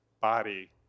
body